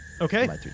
Okay